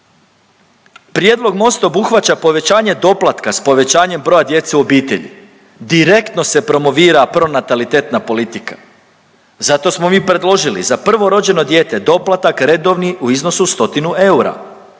Prijedlog Mosta obuhvaća povećanje doplatka s povećanjem broja djece u obitelji, direktno se promovira pronatalitetna politika, zato smo mi predložili za prvo rođeno dijete doplatak redovni u iznosu 100 eura,